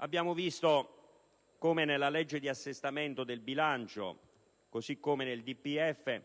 Abbiamo visto come nella legge di assestamento del bilancio, cosi come nel DPEF,